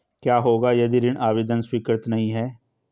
क्या होगा यदि ऋण आवेदन स्वीकृत नहीं है?